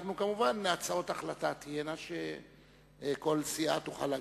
כמובן תהיינה הצעות החלטה שכל סיעה תוכל להגיש,